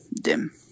dim